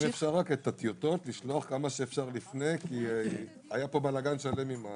אם אפשר את הטיוטות לשלוח כמה שאפשר לפני כי היה פה בלגן שלם.